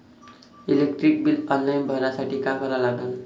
Electric bill online भरासाठी का करा लागन?